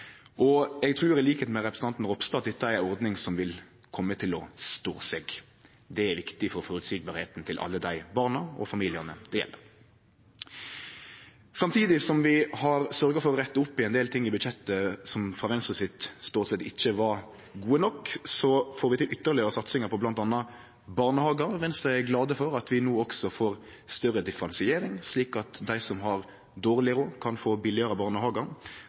Og eg trur – til liks med representanten Ropstad – at dette er ei ordning som vil kome til å stå seg. Det er viktig for alle dei barna og familiane det gjeld, at det er føreseieleg. Samtidig som vi har sørgt for å rette opp i ein del ting i budsjettet som frå Venstre sin ståstad ikkje var gode nok, får vi til ytterlegare satsingar på bl.a. barnehagar. I Venstre er vi glade for at vi no også får større differensiering, slik at dei som har dårleg råd, kan få